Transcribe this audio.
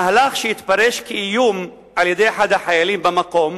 מהלך שהתפרש כאיום על-ידי אחד החיילים במקום,